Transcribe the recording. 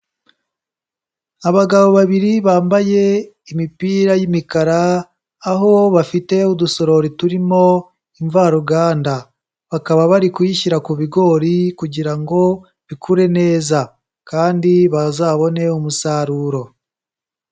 Abagabo babiri bambaye imipira y'imikara, aho bafite udusorori turimo imvaruganda, bakaba bari kuyishyira ku bigori kugira ngo bikure neza kandi bazabone umusaruro.